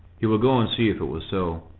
he would go and see if it was so.